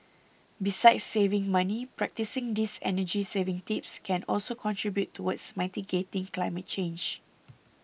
besides saving money practising these energy saving tips can also contribute towards mitigating climate change